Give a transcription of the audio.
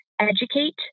Educate